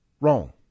wrong